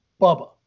Bubba